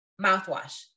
mouthwash